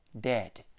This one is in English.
dead